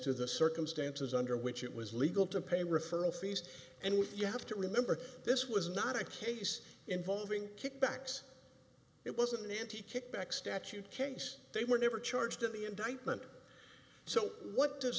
to the circumstances under which it was legal to pay referral fees and with you have to remember this was not a case involving kickbacks it was an anti kickback statute case they were never charged in the indictment so what does